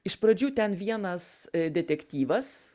iš pradžių ten vienas detektyvas